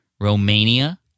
Romania